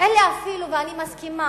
אלה אפילו,